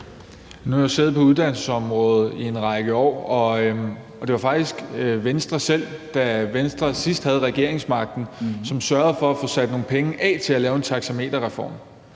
Nu har jeg jo siddet med uddannelsesområdet i en række år, og det var faktisk Venstre selv, da Venstre sidst havde regeringsmagten, som sørgede for at få sat nogle penge af til at lave en taxameterreform,